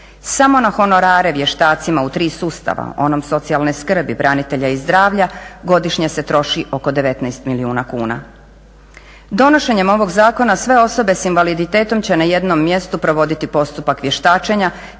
Samo na honorare vještacima u tri sustava, onom socijalne skrbi, branitelja i zdravlja godišnje se troši oko 19 milijuna kuna. Donošenjem ovog zakona sve osobe s invaliditetom će na jednom mjestu provoditi postupak vještačenja